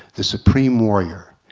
the supreme warrior.